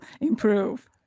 improve